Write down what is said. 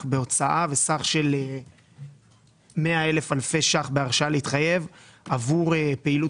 בהוצאה וסך של 100 אלפי שקלים בהרשאה להתחייב עבור פעילות